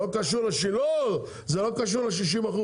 זה לא קשור ל-60%,